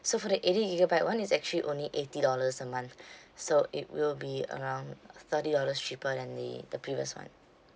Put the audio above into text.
so for the eighty gigabyte one it's actually only eighty dollars a month so it will be around uh thirty dollars cheaper than the the previous one